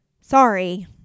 Sorry